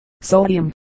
sodium